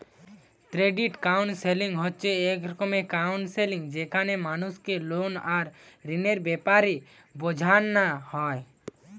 credit counselling হচ্ছে এক রকমের কাউন্সেলিং যেখানে মানুষকে লোন আর ঋণের বেপারে বুঝানা হয়